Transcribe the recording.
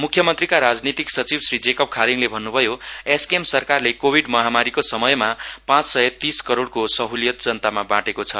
म्ख्यमन्त्रीका राजनीतिक सचिव श्री जेकब खालिङले भन्न्भयो एसकेएम सरकारले कोभिड महामारीको समयमा पाँच सय तीस करोड़को सहृलियत जनतामा बाँटेको छ